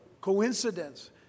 coincidence